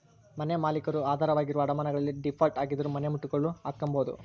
ಮನೆಮಾಲೀಕರು ಆಧಾರವಾಗಿರುವ ಅಡಮಾನಗಳಲ್ಲಿ ಡೀಫಾಲ್ಟ್ ಆಗಿದ್ದರೂ ಮನೆನಮುಟ್ಟುಗೋಲು ಹಾಕ್ಕೆಂಬೋದು